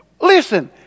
Listen